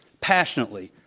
passionately.